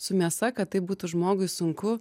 su mėsa kad tai būtų žmogui sunku